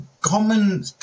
common